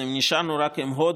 אם נשארנו רק עם הודו,